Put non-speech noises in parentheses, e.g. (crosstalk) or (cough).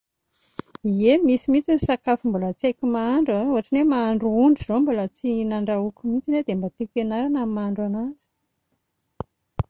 (noise) Ie, misy mihintsy ny sakafo mbola tsy haiko mahandro a, ohatran'ny hoe mahandro ondry izao mbola tsy nandrahoiko mihintsy dia mba tiako hianarana ny mahandro an'azy